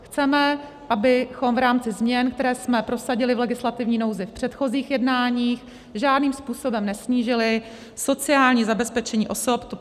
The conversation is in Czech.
Chceme, abychom v rámci změn, které jsme prosadili v legislativní nouzi v předchozích jednáních, žádným způsobem nesnížili sociální zabezpečení osob.